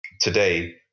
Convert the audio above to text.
today